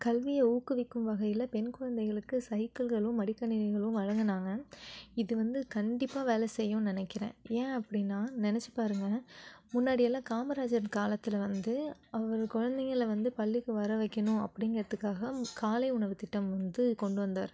கல்வியை ஊக்குவிக்கும் வகையில் பெண் குழந்தைகளுக்கு சைக்கிள்களும் மடிக்கணினிகளும் வழங்கினாங்க இது வந்து கண்டிப்பாக வேலை செய்யும்னு நினைக்கிறன் ஏன் அப்படின்னா நினச்சி பாருங்க முன்னாடியெல்லாம் காமராஜர் காலத்தில் வந்து அவர் குழந்தைங்கள வந்து பள்ளிக்கு வர வைக்கணும் அப்படிங்குறதுக்காக காலை உணவு திட்டம் வந்து கொண்டு வந்தார்